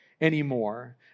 anymore